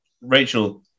Rachel